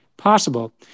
possible